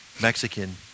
Mexican